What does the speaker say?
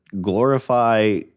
glorify